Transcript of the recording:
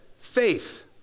faith